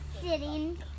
sitting